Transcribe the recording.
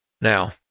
Now